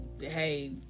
hey